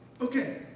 Okay